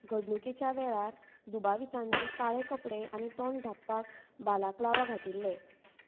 घडणुकेच्या वेळार दुबावितांनी काळे कपडे आनी तोंड धांपपाक बालाक्लावा घातिल्ले